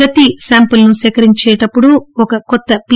ప్రతి శాంపుల్ ను సేకరించేటప్పుడు కొత్త పి